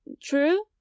true